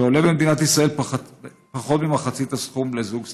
שעולה למדינת ישראל פחות ממחצית הסכום לזוג סטרייט.